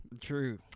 True